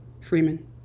Freeman